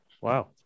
Wow